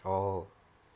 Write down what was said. oh